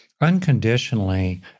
unconditionally